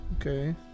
Okay